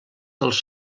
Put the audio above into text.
dels